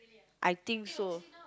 I think so